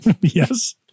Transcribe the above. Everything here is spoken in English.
Yes